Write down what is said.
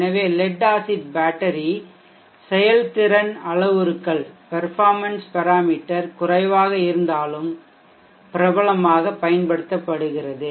எனவே lead acid battery செயல்திறன் அளவுருக்கள் பெர்ஃபார்மென்ஷ் பெராமீட்டர் குறைவாக இருந்தாலும் கூட பிரபலமாக பயன்படுத்தப்படுகிறது